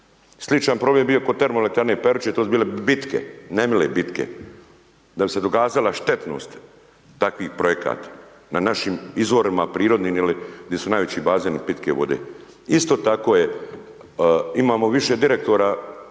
sličan problem je bio kod termoelektrane Peruće, to su bile bitke, nemile bitke, da bi se dokazala štetnost takvih projekata na našim izvorima prirodnim ili di su najveći bazeni pitke vode. Isto tako je, imamo više direktora